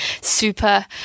super